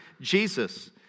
Jesus